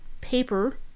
paper